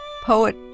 poet